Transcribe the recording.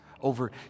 over